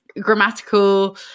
grammatical